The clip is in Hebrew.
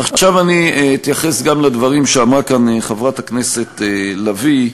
עכשיו אני אתייחס גם לדברים שאמרה כאן חברת הכנסת לביא.